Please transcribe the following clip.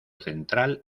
central